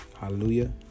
Hallelujah